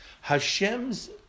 Hashem's